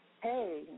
Hey